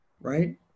right